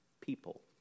people